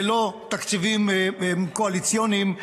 ולא תקציבים קואליציוניים,